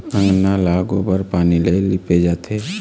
अंगना ल गोबर पानी ले लिपे जाथे